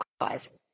guys